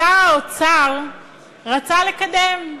שר האוצר רצה לקדם,